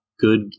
good